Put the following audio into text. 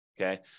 okay